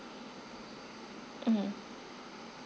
mm